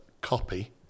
copy